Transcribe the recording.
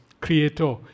creator